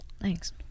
Thanks